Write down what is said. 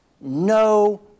no